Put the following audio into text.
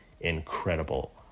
incredible